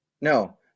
no